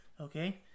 Okay